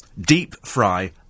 Deep-fry